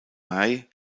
may